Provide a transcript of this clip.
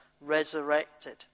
resurrected